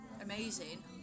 amazing